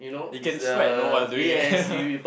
you can sweat you know while doing it